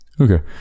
Okay